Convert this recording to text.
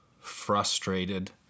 frustrated